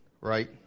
right